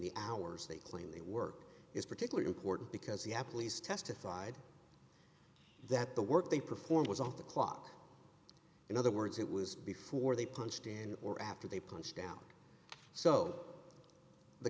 the hours they claim the work is particularly important because the apple is testified that the work they performed was off the clock in other words it was before they punched in or after they punched down so the